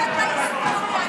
האוצר.